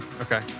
Okay